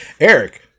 Eric